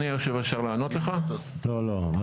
אני